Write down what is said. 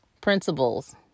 principles